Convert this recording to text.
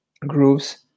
grooves